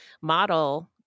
Model